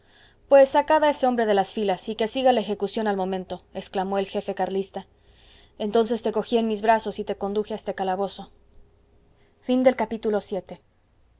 sacad a ese hombre de las filas y que siga la ejecución al momento exclamó el jefe carlista entonces te cogí en mis brazos y te conduje a este calabozo viii